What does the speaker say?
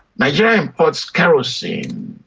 nigeria imports kerosene,